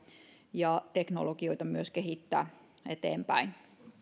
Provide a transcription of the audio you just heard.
ja voimme teknologioita myös kehittää eteenpäin